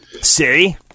see